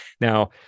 Now